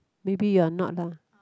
maybe you're not lah